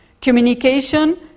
Communication